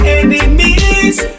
enemies